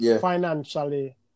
financially